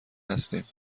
هستیم